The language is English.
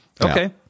Okay